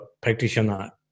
practitioner